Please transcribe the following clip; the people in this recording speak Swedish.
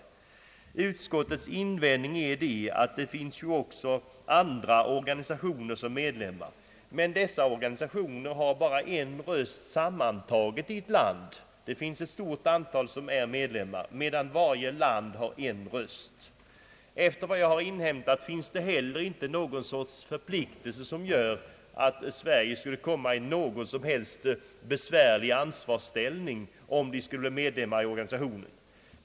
Utskottets invändning är att det också finns andra organisationer som är medlemmar. Men dessa organisationer har bara en röst tillsammans i ett land. Det finns ett stort antal organisationer som är medlemmar, medan varje land har en röst. Efter vad jag inhämtat finns det inte heller någon förpliktelse som gör att Sverige skulle komma i någon besvärlig ansvarsställning om vi skulle bli medlem i organisationen.